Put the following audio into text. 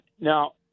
Now